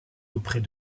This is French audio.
auprès